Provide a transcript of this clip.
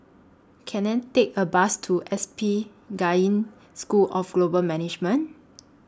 Can I Take A Bus to S P Jain School of Global Management